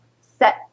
set